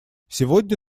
сегодня